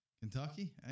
Kentucky